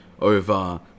over